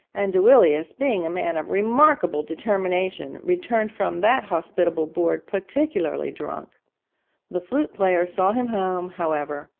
and duilius, being a man of remarkable determination, returned from that hospitable board particularly drunk the flute-player saw him home, however,